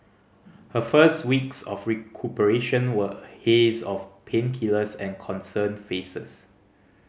her first weeks of recuperation were a haze of painkillers and concerned faces